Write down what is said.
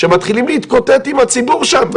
שמתחילים להתקוטט עם הציבור שם,